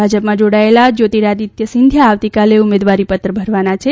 ભાજપમાં જોડાયેલા જયોતિરાદિત્ય સિંધિયા આવતીકાલે ઉમેદવારીપત્ર ભરવાના છે